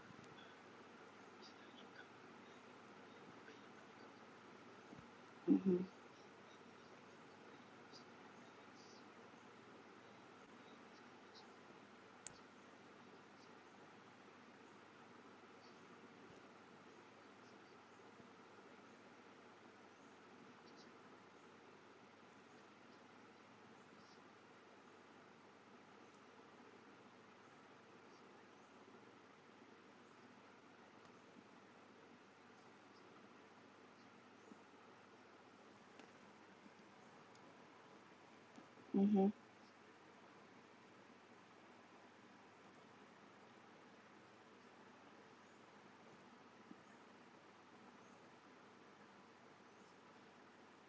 (uh huh) (uh huh)